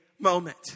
moment